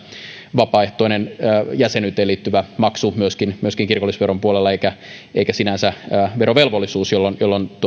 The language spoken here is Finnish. vapaaehtoinen jäsenyyteen liittyvä maksu myöskin myöskin kirkollisveron puolella eikä eikä sinänsä verovelvollisuus jolloin